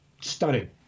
Stunning